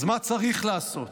אז מה צריך לעשות?